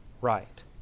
right